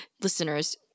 listeners